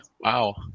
Wow